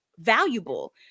valuable